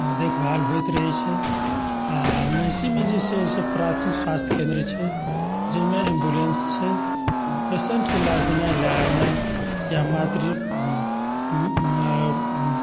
देखभाल होइत रहै छै आओर महिषीमे जे छै से प्राथमिक स्वास्थ्य केन्द्र छै जाहिमे एम्बुलेन्स छै पेशेन्टके लऽ जेनाइ लऽ एनाइ या मातृ